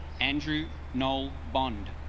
andrew null bond